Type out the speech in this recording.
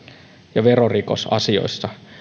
ja verorikosasioissa